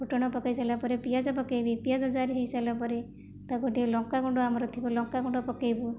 ଫୁଟଣ ପକାଇ ସାରିଲା ପରେ ପିଆଜ ପକାଇବି ପିଆଜ ଜରି ହୋଇ ସାରିଲା ପରେ ତାକୁ ଟିକେ ଲଙ୍କା ଗୁଣ୍ଡ ଆମର ଥିବ ଲଙ୍କା ଗୁଣ୍ଡ ପକାଇବୁ